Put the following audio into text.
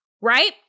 right